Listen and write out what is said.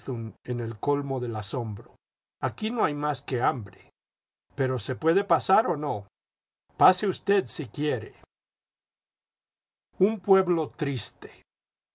en el colmo del asombro aquí no hay más que hambre pero se puede pasar o no pase usted si quiere un pueblo triste